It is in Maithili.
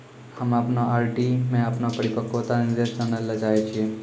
हम्मे अपनो आर.डी मे अपनो परिपक्वता निर्देश जानै ले चाहै छियै